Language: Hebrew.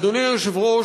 אדוני היושב-ראש,